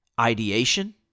ideation